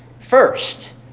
first